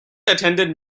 attended